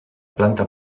planta